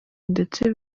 ndetse